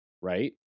right